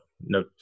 no